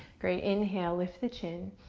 great. inhale, lift the chin,